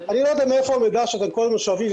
אני לא יודע מאיפה המידע שאתם כל הזמן שואבים,